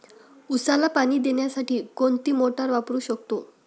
उसाला पाणी देण्यासाठी कोणती मोटार वापरू शकतो?